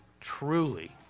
truly